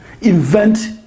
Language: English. invent